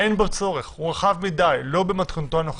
אין בו צורך, הוא רחב מדי, לא במתכונתו הנוכחית.